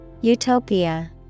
Utopia